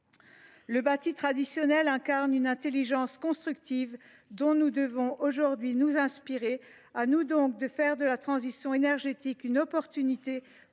Le bâti traditionnel incarne une intelligence constructive, dont nous devons désormais nous inspirer. À nous donc de faire de la transition énergétique une chance.